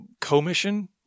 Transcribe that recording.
commission